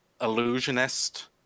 Illusionist